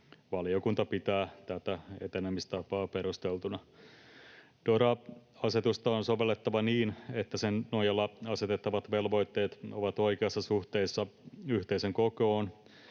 Valiokunta pitää tätä etenemistapaa perusteltuna. DORA-asetusta on sovellettava niin, että sen nojalla asetettavat velvoitteet ovat oikeassa suhteessa yhteisön kokoon